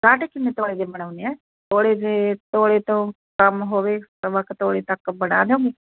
ਕਾਂਟੇ ਕਿੰਨੇ ਤੋਲੇ ਦਾ ਬਣਵਾਉਣੇ ਆ ਤੋਲੇ ਦੇ ਤੋਲੇ ਦੇ ਤੋਂ ਕਮ ਹੋਵੇ ਸਵਾ ਕੁ ਤੋਲੇ ਤੱਕ ਬਣਾ ਦਿਓਗੇ